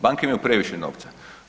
Banke imaju previše novca.